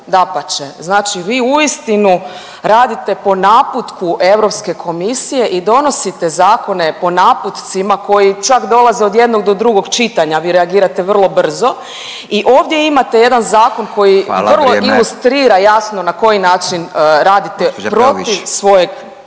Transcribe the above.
dapače znači vi uistinu radite po naputku Europske komisije i donosite zakone po naputcima koji čak dolaze od jednog do drugog čitanja, vi reagirate vrlo brzo i ovdje imate jedan zakon koji…/Upadica Radin: Hvala, vrijeme/…vrlo